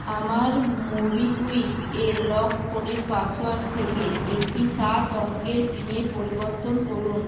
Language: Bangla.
আমার মোবিকুইকের লক ফোনের পাসওয়ার্ড থেকে একটি সাত অঙ্কের পিনে পরিবর্তন করুন